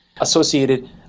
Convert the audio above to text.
Associated